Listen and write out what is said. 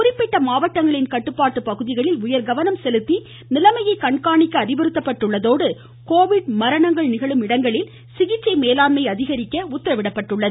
குறிப்பிட்ட மாவட்டங்களின் கட்டுப்பாட்டு பகுதிகளில் உயர் கவனம் செலுத்தி நிலைமையை கண்காணிக்க அறிவுறுத்தப்பட்டுள்ளதோடு கோவிட் மரணங்கள் நிகழும் இடத்தில் சிகிச்சை மேலாண்மையை அதிகரிக்க உத்தரவிடப்பட்டுள்ளது